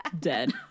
dead